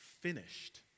finished